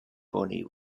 bonny